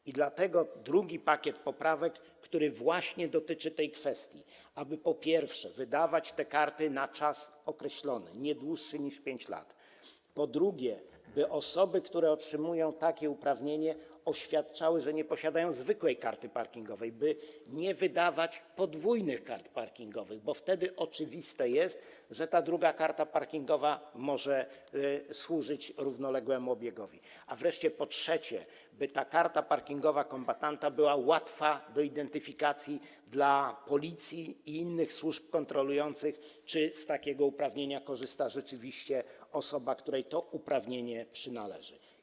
I dlatego zgłaszam drugi pakiet poprawek, który dotyczy właśnie tej kwestii, aby, po pierwsze, wydawać te karty na czas określony, nie dłuższy niż 5 lat, by, po drugie, osoby, które otrzymują taki uprawnienie, oświadczały, że nie posiadają zwykłej karty parkingowej, by nie wydawać podwójnych kart parkingowych, bo wtedy oczywiste jest, że ta druga karta parkingowa może służyć równoległemu obiegowi, a wreszcie by, po trzecie, ta karta parkingowa kombatanta był łatwa do identyfikacji dla policji i innych służb kontrolujących, czy z takiego uprawnienia korzysta rzeczywiście osoba, której to uprawnienie się należy.